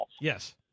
Yes